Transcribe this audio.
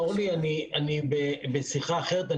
אורלי, אני בשיחה אחרת.